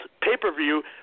pay-per-view